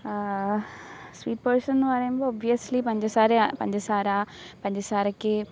sweet പേഴ്സെന്ന് പറയുമ്പോൾ ഒമ്പയ്സ്ലി പഞ്ചസാരയാണ് പഞ്ചസാര പഞ്ചസാരയ്ക്ക്